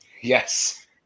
Yes